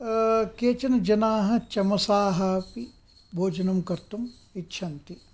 केचनजनाः चमसाः अपि भोजनं कर्तुम् इच्छन्ति